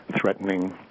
threatening